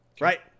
right